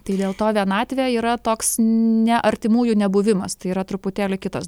tik dėl to vienatvė yra toks ne artimųjų nebuvimas tai yra truputėlį kitas